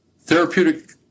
therapeutic